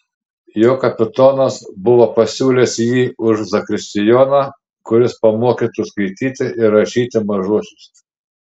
jo kapitonas buvo pasiūlęs jį už zakristijoną kuris pamokytų skaityti ir rašyti mažuosius